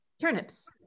Turnips